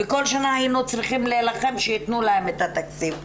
וכל שנה היינו צריכים להילחם שייתנו להם את התקציב.